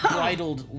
bridled